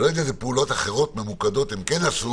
ואני לא יודע איזה פעולות אחרות ממוקדות הם כן עשו.